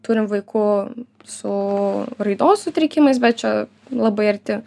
turim vaikų su raidos sutrikimais bet čia labai arti